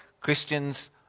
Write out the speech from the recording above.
Christians